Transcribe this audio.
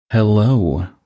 Hello